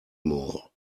more